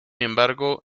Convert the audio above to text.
embargo